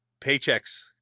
paychecks